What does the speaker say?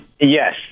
Yes